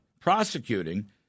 prosecuting